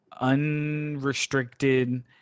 unrestricted